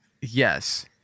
Yes